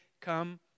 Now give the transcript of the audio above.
come